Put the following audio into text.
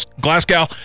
Glasgow